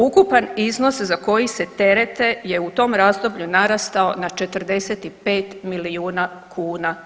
Ukupan iznos za koji se terete je u tom razdoblju narastao na 45 milijuna kuna.